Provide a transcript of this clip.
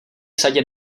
sadě